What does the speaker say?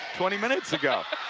twenty minutes ago.